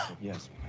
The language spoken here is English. Yes